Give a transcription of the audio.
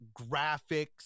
graphics